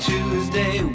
Tuesday